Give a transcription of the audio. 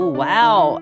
wow